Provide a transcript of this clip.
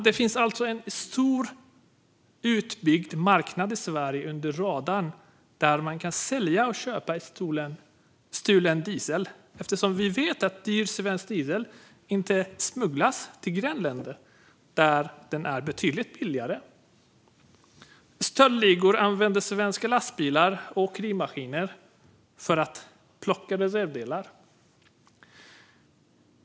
Det finns alltså en stor utbyggd marknad i Sverige under radarn där man kan sälja och köpa stulen diesel. Vi vet ju att dyr svensk diesel inte smugglas till grannländer, där den är betydligt billigare. Stöldligor använder svenska lastbilar och åkerimaskiner för att plocka reservdelar.